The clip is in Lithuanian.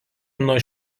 nuo